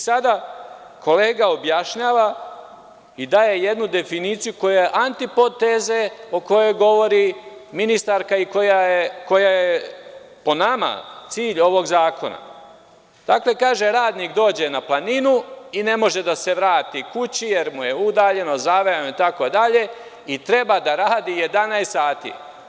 Sada kolega objašnjava i daje jednu definiciju koja je antipoteze o kojoj govori ministarka i koja je, po nama cilj ovog zakona, dakle kaže radnik dođe na planinui ne može da se vrati kući jer mu je udaljeno, zavejano i tako dalje i treba da radi 11 sati.